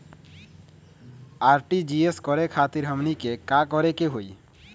RTGS करे खातीर हमनी के का करे के हो ई?